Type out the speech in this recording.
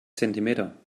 zentimeter